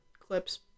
clips